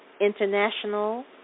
International